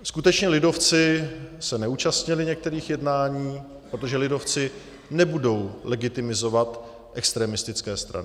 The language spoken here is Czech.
Skutečně, lidovci se neúčastnili některých jednání, protože lidovci nebudou legitimizovat extremistické strany.